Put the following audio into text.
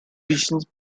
regional